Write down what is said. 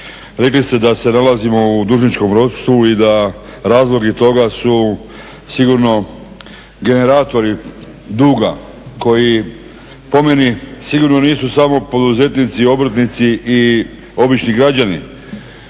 rekli ste da se nalazimo u dužničkom ropstvu i da su razlozi toga sigurno generatori duga koji pomeni sigurno nisu samo poduzetnici i obrtnici i obični građani